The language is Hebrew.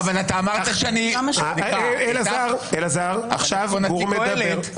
אבל אמרת שאני -- אלעזר, אלעזר, עכשיו גור מדבר.